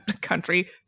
country